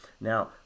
Now